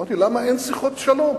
שאלתי למה אין שיחות שלום.